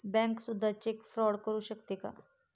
Bank सुद्धा cheque fraud करू शकते का?